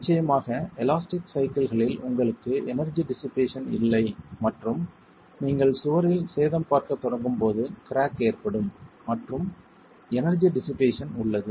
நிச்சயமாக எலாஸ்டிக் சைக்கிள்களில் உங்களுக்கு எனர்ஜி டிஷ்ஷிபேசன் இல்லை மற்றும் நீங்கள் சுவரில் சேதம் பார்க்க தொடங்கும் போது கிராக் ஏற்படும் மற்றும் எனர்ஜி டிஷ்ஷிபேசன் உள்ளது